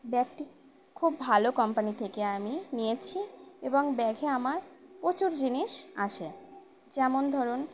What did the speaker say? ব্যাগটি খুব ভালো কোম্পানি থেকে আমি নিয়েছি এবং ব্যাগে আমার প্রচুর জিনিস আসে যেমন ধরুন